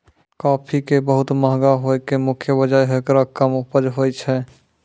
काफी के बहुत महंगा होय के मुख्य वजह हेकरो कम उपज होय छै